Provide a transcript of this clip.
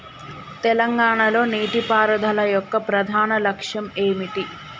తెలంగాణ లో నీటిపారుదల యొక్క ప్రధాన లక్ష్యం ఏమిటి?